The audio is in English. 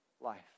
life